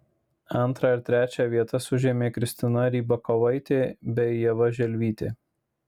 antrą ir trečią vietas užėmė kristina rybakovaitė bei ieva želvytė